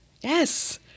Yes